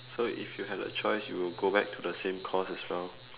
so if you had a choice you will go back to the same course as well